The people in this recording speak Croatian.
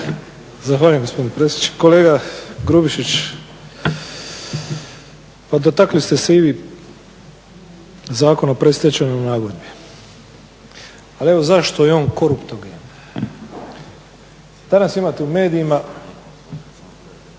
Zahvaljujem gospodine predsjedniče. Kolega Grubišić, pa dotakli ste se i vi Zakona o predstečajnoj nagodbi, ali evo zašto je on koruptivni. Danas imate u medijima